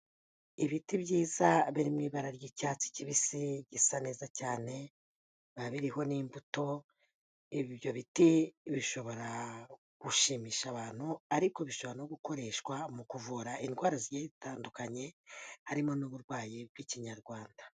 Ibiti byiza biririmo mu ibara ry'icyatsi kibisi gisa neza cyane biba biriho n'imbuto ibyo biti bishobora gushimisha abantu ariko bishobora no gukoreshwa mu kuvura indwara zigiye zitandukanye harimo n'uburwayi bw'ikinyarwanda.